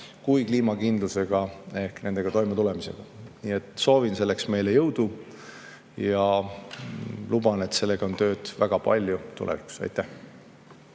ka kliimakindlusega ehk nendega toimetulemisega. Soovin selleks meile jõudu ja luban, et sellega on tööd väga palju tulevikus. Aitäh!